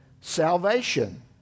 salvation